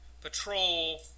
patrol